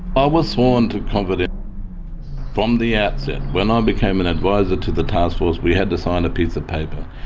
i was sworn to kind of confidentiality from the outset, when i became an advisor to the taskforce we had to sign a piece of paper.